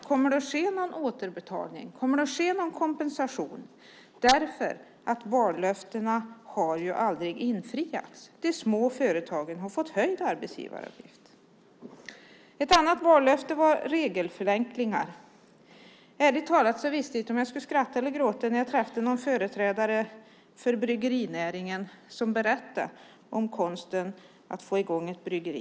Kommer det att ske någon återbetalning? Kommer det att ske någon kompensation? Vallöftena har ju aldrig infriats. De små företagen har fått höjd arbetsgivaravgift. Ett annat vallöfte var regelförenklingar. Ärligt talat visste jag inte om jag skulle skratta eller gråta när jag träffade en företrädare för bryggerinäringen som berättade om konsten att få i gång ett bryggeri.